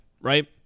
right